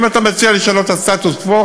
האם אתה מציע לשנות את הסטטוס קוו?